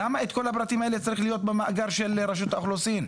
למה כל הפרטים האלה צריכים להיות במאגר של רשות האוכלוסין?